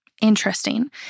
interesting